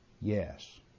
yes